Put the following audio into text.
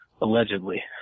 Allegedly